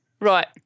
Right